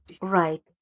Right